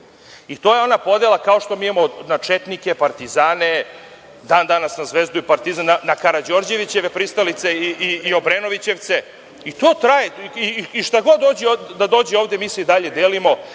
je ona podela kao što imamo na četnike i partizane, da danas na Zvezdu i Partizan, na Karađorđeviće pristalice i Obrenovićevce i to traje. Šta god da dođe ovde mi se i dalje delimo.